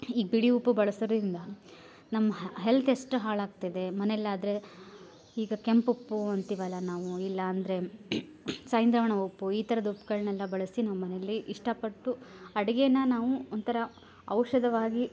ಈಗ ಬಿಳಿ ಉಪ್ಪು ಬಳೋಸೊರಿಂದ ನಮ್ಮ ಹೆಲ್ತ್ ಎಷ್ಟು ಹಾಳಾಗ್ತದೆ ಮನೆಲ್ಲಾದರೆ ಈಗ ಕೆಂಪುಪ್ಪು ಅಂತಿವಲ್ಲ ನಾವು ಇಲ್ಲಾ ಅಂದರೆ ಸೈಂಧವಣ ಉಪ್ಪು ಈ ಥರ್ದ ಉಪ್ಗಳ್ನೆಲ್ಲ ಬಳಸಿ ನಮ್ಮ ಮನೆಲಿ ಇಷ್ಟಪಟ್ಟು ಅಡುಗೇನ ನಾವು ಒಂಥರಾ ಔಷಧವಾಗಿ